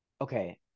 Okay